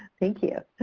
thank you.